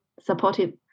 supportive